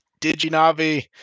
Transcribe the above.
DigiNavi